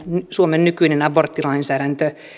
suomen nykyinen aborttilainsäädäntö